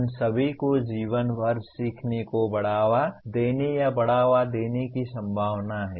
उन सभी को जीवन भर सीखने को बढ़ावा देने या बढ़ावा देने की संभावना है